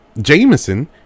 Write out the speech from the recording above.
Jameson